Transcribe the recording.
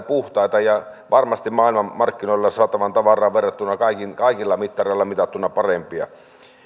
puhtaita ja varmasti maailmanmarkkinoilla saatavaan tavaraan verrattuna kaikilla mittareilla mitattuna parempia